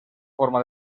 forma